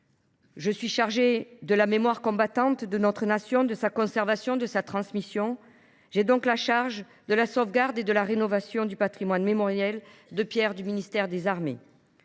Étant chargée de la mémoire combattante de notre Nation, de sa conservation et de sa transmission, je suis aussi responsable de la sauvegarde et de la rénovation du patrimoine mémoriel de pierre du ministère des armées.